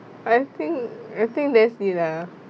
I think I think let's see lah